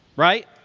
right?